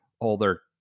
older